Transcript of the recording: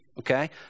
Okay